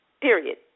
period